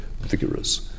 vigorous